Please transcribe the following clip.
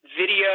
video